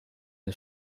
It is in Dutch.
het